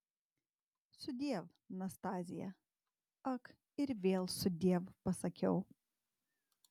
sudiev nastazija ak ir vėl sudiev pasakiau